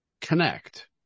connect